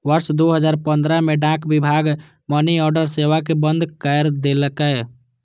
वर्ष दू हजार पंद्रह मे डाक विभाग मनीऑर्डर सेवा कें बंद कैर देलकै